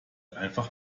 einfach